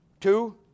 Two